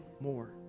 more